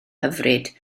hyfryd